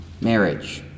marriage